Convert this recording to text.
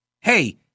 hey